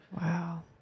Wow